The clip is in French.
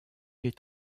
est